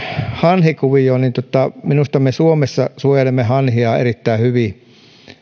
hanhikuvioon niin minusta me suomessa suojelemme hanhia erittäin hyvin